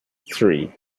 three